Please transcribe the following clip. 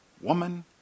Woman